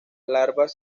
larvas